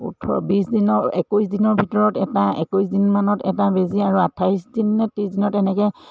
ওঠৰ বিছ দিনৰ একৈছ দিনৰ ভিতৰত এটা একৈছ দিনমানত এটা বেজী আৰু আঠাইছ দিনত নে ত্ৰিছ দিনত এনেকৈ